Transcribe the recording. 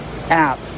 app